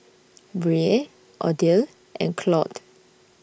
Brea Odile and Claude